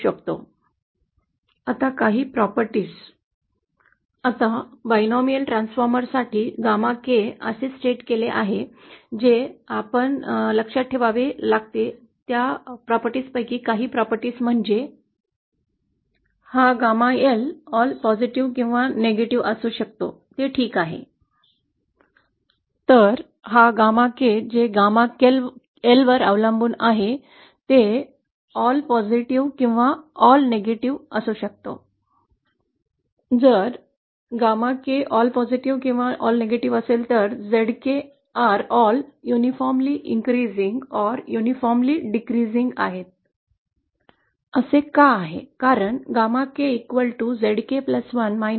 आता काही गुणधर्म द्विमासिक ट्रान्सफॉर्मरसाठी γ k हेच समीकरण आहे जे आपण लक्षात ठेवावे लागेल त्या गुणधर्मांपैकी काही म्हणजे हा γ L सकारात्मक किंवा नकारात्मक असू शकतो मग तो ठीक आहे तर मग हे γ k जे γ L वर अवलंबून आहे ते सर्व सकारात्मक किंवा सर्व नकारात्मक आहे जर γ k सर्व सकारात्मक किंवा सर्व नकारात्मक असेल तर याचा अर्थ असा की Zk सर्व आहेत एकसारखेपणाने कमी होत आहे किंवा एकसारखेपणाने वाढत आहे असे का आहे